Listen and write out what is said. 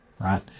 right